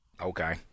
Okay